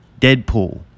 Deadpool